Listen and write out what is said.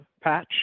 patch